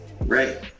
Right